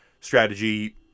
strategy